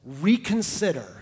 reconsider